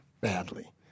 badly